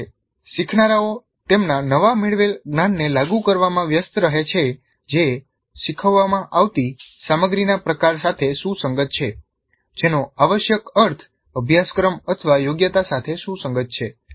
જ્યારે શીખનારાઓ તેમના નવા મેળવેલા જ્ઞાનને લાગુ કરવામાં વ્યસ્ત રહે છે જે શીખવવામાં આવતી સામગ્રીના પ્રકાર સાથે સુસંગત છે જેનો આવશ્યક અર્થ અભ્યાસ ક્રમ અથવા યોગ્યતા સાથે સુસંગત છે